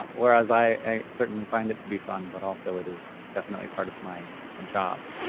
whereas i certainly find it to be fun, but also it is definitely part of my ah job.